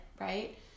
Right